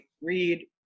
read